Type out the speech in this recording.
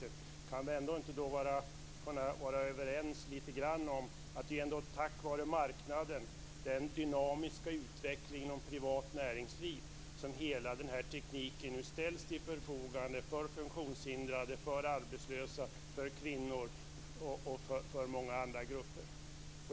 Skulle vi ändå inte kunna vara lite överens om att det är tack vare marknaden, den dynamiska utvecklingen och ett privat näringsliv som hela denna teknik nu ställs till förfogande för funktionshindrade, för arbetslösa, för kvinnor och för många andra grupper?